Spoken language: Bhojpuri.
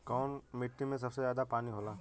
कौन मिट्टी मे सबसे ज्यादा पानी होला?